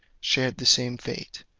shared the same fate,